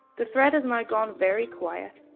the thread has now gone very quiet.